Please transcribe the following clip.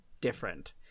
different